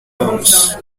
mouse